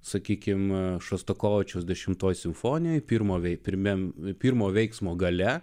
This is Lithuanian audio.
sakykime šostakovičiaus dešimtoji simfonija pirmo vei pirmiam pirmo veiksmo gale